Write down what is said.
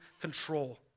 control